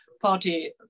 party